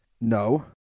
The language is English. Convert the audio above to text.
No